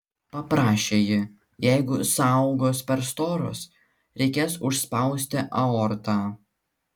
paprašė ji jeigu sąaugos per storos reikės užspausti aortą